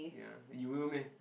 ya you will meh